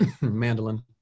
mandolin